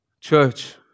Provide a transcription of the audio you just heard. Church